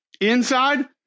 Inside